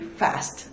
fast